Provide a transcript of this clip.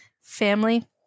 Family